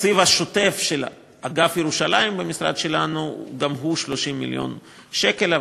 התקציב השוטף של אגף ירושלים במשרד שלנו גם הוא 30 מיליון שקל,